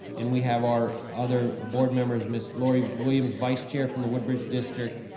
and we have our other ah board members, ms. loree williams, vice chair from the woodbridge district,